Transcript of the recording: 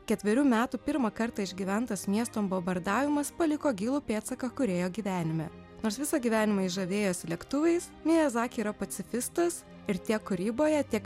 ketverių metų pirmą kartą išgyventas miesto bobardavimas paliko gilų pėdsaką kūrėjo gyvenime nors visą gyvenimą jis žavėjosi lėktuvais miazaki yra pacifistas ir tiek kūryboje tiek